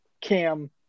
Cam